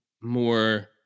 more